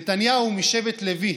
נתניהו משבט לוי,